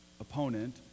opponent